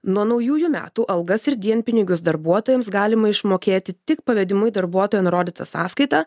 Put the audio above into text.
nuo naujųjų metų algas ir dienpinigius darbuotojams galima išmokėti tik pavedimu į darbuotojo nurodytą sąskaitą